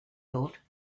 thought